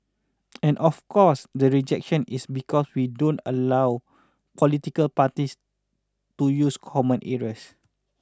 and of course the rejection is because we don't allow political parties to use common areas